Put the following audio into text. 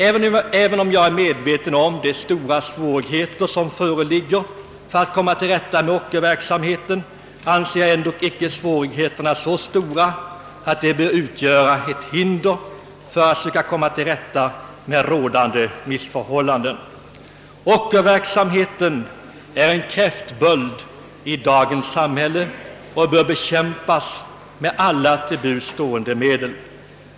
Även om jag är medveten om de stora svårigheter som föreligger för att komma till rätta med ockerverksamheten bedömer jag dem dock inte så stora att de utgör ett hinder för att försöka avhjälpa rådande «missförhållanden. Ockerverksamheten är en kräftböld i dagens samhälle och bör bekämpas med effektiva medel.